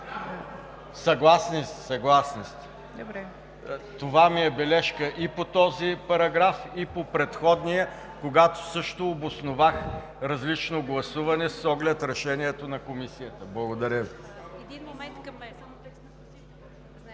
Съгласни сте! Това ми е бележката по този параграф и по предходния, когато също обосновах различно гласуване с оглед решението на Комисията. Благодаря